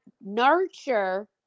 nurture